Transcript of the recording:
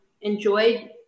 enjoyed